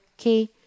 okay